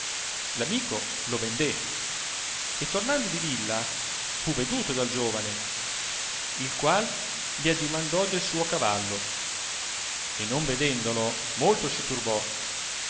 l'amico lo vendè e tornando di villa fu veduto dal giovane il qual gli addimandò del suo cavallo e non vedendolo molto si turbò